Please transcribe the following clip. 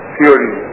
theory